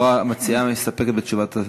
או שהמציעה מסתפקת בתשובת,